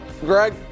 Greg